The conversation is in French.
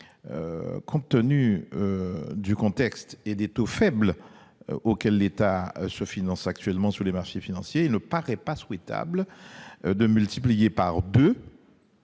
compte tenu des taux faibles auxquels l'État se finance actuellement sur les marchés financiers, il ne paraît pas souhaitable de multiplier par deux